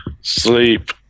Sleep